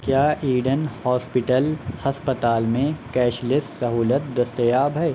کیا Eden hospital ہسپتال میں کیش لیس سہولت دستیاب ہے